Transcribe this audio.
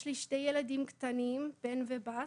יש לי שני ילדים קטנים, בן ובת.